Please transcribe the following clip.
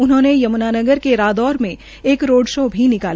उन्होंने यमुनानगर के रादौर मे एक रोड शो भी निकाला